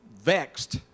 vexed